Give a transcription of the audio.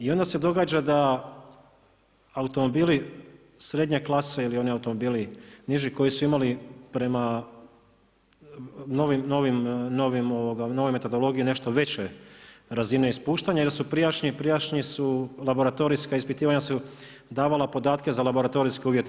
I onda se događa da automobili srednje klase ili oni automobili niže koji su imali prema novoj metodologiji nešto veće razine ispuštanja jer su prijašnja laboratorijska ispitivanja davala podatke za laboratorijske uvjete.